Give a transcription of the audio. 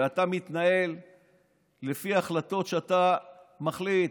ואתה מתנהל לפי החלטות שאתה מחליט.